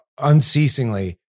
unceasingly